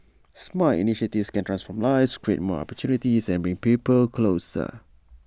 smart initiatives can transform lives create more opportunities and bring people closer